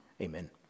Amen